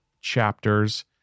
chapters